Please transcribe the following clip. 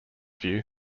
view